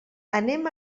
anem